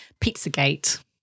Pizzagate